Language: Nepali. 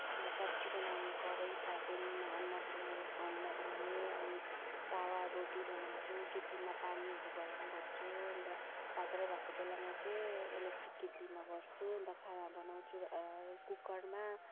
सब्जी बनाउने कराही फ्राइ प्यानमा अन्डा बनाउने अन्डा बनाउने अनि तावामा रोटी बनाउँछु कित्लीमा पानीहरू गरम गर्छु अनि त अँध्यारो भएको बेलामा चाहिँ इलेक्ट्रिक कित्लीमा गर्छु अनि त खाना बनाउँछु कुकरमा